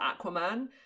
aquaman